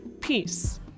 peace